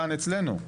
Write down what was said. כאן אצלנו.